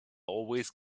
always